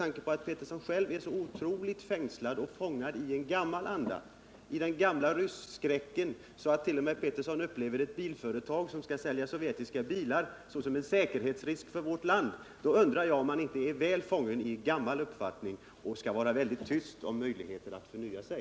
Tänk då på att herr Petersson själv är ohjälpligt fången i en gammalmodig uppfattning. Herr Petersson sitter så fast i den gamla rysskräcken att han t.o.m. uppfattar ett företag som skall sälja sovjetiska bilar som en säkerhetsrisk för vårt land. Den som är så fast i en gammal inställning bör tala tyst om önskvärdheten av att någon annan förnyar sig.